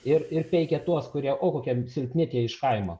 ir ir peikia tuos kurie o kokie silpni tie iš kaimo